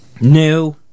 New